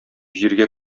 җиргә